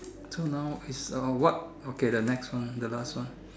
so now is uh what okay the next one the last one